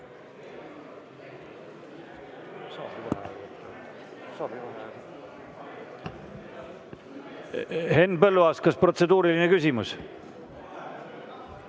Henn Põlluaas, kas protseduuriline küsimus?